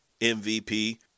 MVP